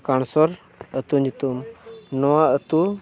cancer ᱟᱹᱛᱩ ᱧᱩᱛᱩᱢ ᱱᱚᱣᱟ ᱟᱹᱛᱩ